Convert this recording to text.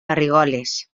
garrigoles